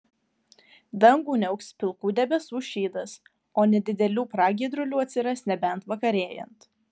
dangų niauks pilkų debesų šydas o nedidelių pragiedrulių atsiras nebent vakarėjant